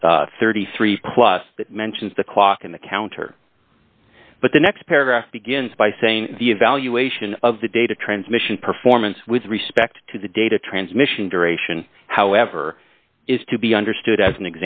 lines thirty three dollars plus mentions the clock in the counter but the next paragraph begins by saying the evaluation of the data transmission performance with respect to the data transmission duration however is to be understood as an